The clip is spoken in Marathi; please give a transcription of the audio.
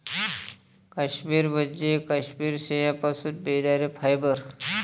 काश्मिरी म्हणजे काश्मिरी शेळ्यांपासून मिळणारे फायबर